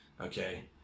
okay